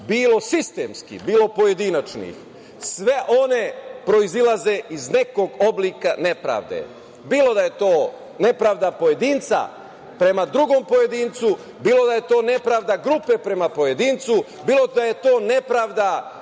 bio sistemski, bio pojedinačnih, sve one proizlaze iz nekog oblika nepravde, bilo da je to nepravda pojedinca prema drugom pojedincu, bilo da je to nepravda grupe prema pojedincu, bilo da je to nepravda